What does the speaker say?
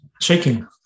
shaking